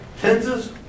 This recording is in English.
tenses